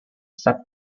sub